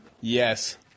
Yes